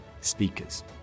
speakers